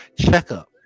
checkup